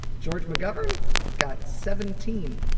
george mcgovern got seventeen